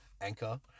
anchor